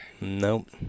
Nope